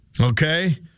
Okay